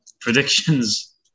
Predictions